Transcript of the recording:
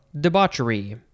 debauchery